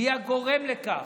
מי הגורם לכך.